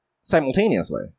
simultaneously